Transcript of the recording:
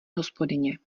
hospodyně